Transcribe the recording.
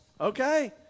Okay